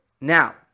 Now